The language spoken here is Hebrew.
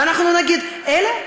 ואנחנו נגיד: אלה?